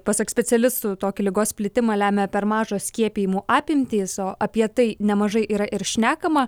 pasak specialistų tokį ligos plitimą lemia per mažos skiepijimų apimtys o apie tai nemažai yra ir šnekama